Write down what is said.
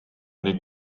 ning